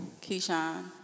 Keyshawn